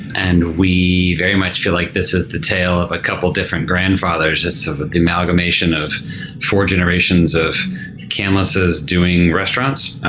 and we very much feel like this is the tale of a couple of different grandfathers. it's ah the amalgamation of four generations of canlises doing restaurants.